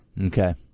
Okay